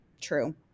true